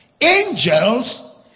angels